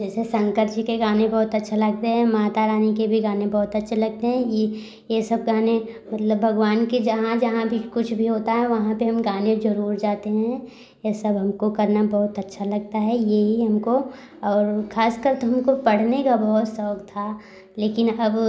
जैसे शंकर जी के गाने बहुत अच्छे लगते हैं माता रानी के भी गाने बहुत अच्छे लगते हैं ही ये सब गाने लग भगवान के जहाँ जहाँ भी कुछ भी होता है वहाँ पर हम गाने जरूर जाते हैं ये सब हमको करना बहुत अच्छा लगता है ये हमको और खास कर त हमको पढ़ने का बहुत शौक़ था लेकिन अब